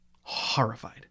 horrified